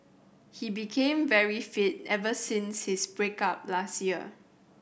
he became very fit ever since his break up last year